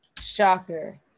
Shocker